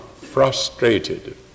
frustrated